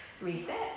reset